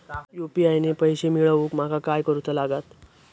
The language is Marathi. यू.पी.आय ने पैशे मिळवूक माका काय करूचा लागात?